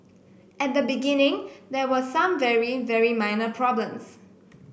at the beginning there were some very very minor problems